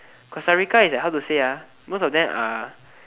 Costa-Rica is like how to say ah most of them are